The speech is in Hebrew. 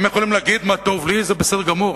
הם יכולים להגיד מה טוב לי, זה בסדר גמור.